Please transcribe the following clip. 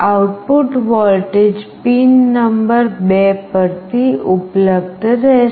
output voltage pin number 2 પર થી ઉપલબ્ધ રહેશે